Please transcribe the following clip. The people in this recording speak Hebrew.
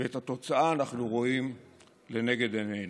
ואת התוצאה אנחנו רואים לנגד עינינו,